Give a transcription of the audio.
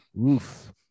Oof